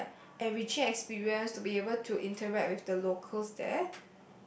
uh and we share experience to be able to interact with the locals there